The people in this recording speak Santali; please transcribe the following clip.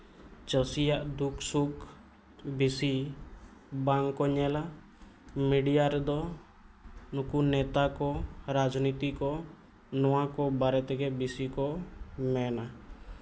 ᱪᱟᱹᱥᱤᱭᱟᱜ ᱫᱩᱠᱷ ᱥᱩᱠᱷ ᱵᱮᱹᱥᱤ ᱵᱟᱝᱠᱚ ᱧᱮᱞᱟ ᱢᱤᱰᱤᱭᱟ ᱨᱮᱫᱚ ᱱᱩᱠᱩ ᱱᱮᱛᱟ ᱠᱚ ᱨᱟᱡᱽᱱᱤᱛᱤ ᱠᱚ ᱱᱚᱣᱟ ᱠᱚ ᱵᱟᱨᱮ ᱛᱮᱜᱮ ᱵᱮᱹᱥᱤ ᱠᱚ ᱢᱮᱱᱟ